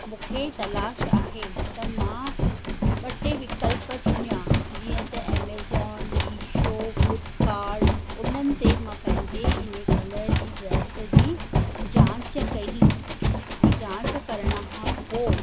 मूंखे तलाश आहे त मां ॿ टे विक्लप चूंडिया जीअं त एमेजॉन मीशो फ्लिपकार्ट उन्हनि ते मां पंहिंजे इन कलर जी ड्रेस जी जांच कई ऐं जांच करण खां पोइ